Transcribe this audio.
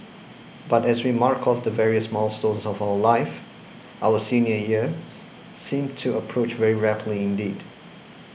but as we mark off the various milestones of life our senior years seem to approach very rapidly indeed